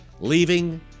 leaving